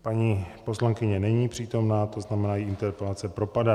Paní poslankyně není přítomna, to znamená, její interpelace propadá.